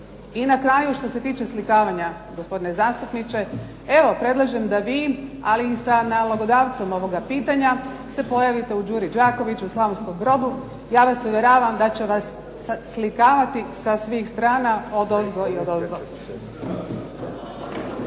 I na kraju što se tiče oslikavanja gospodine zastupniče evo predlažem da vi ali sa nalogodavcem ovoga pitanja se pojavite u "Đuri Đakoviću" u Slavonskom Brodu. Ja vas uvjeravam da će vas slikavati sa svih strana, odozgo i odozdo.